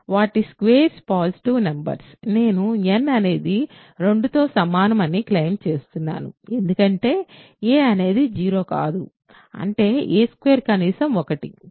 వాటి squares positive numbers నేను n అనేది2 తో సమానం అని క్లెయిమ్ చేస్తున్నాను ఎందుకంటే a అనేది 0 కాదు అంటే a2 కనీసం 1